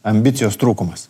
ambicijos trūkumas